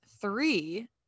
three